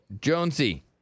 Jonesy